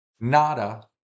Nada